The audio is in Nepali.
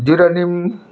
जिरेनियम